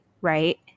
right